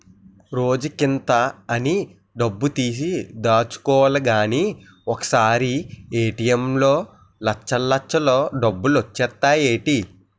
రోజుకింత అని డబ్బుతీసి దాచుకోలిగానీ ఒకసారీ ఏ.టి.ఎం లో లచ్చల్లచ్చలు డబ్బులొచ్చేత్తాయ్ ఏటీ?